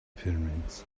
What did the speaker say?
pyramids